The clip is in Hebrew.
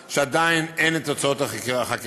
שעדיין אין בידי המשרד תוצאות החקירה.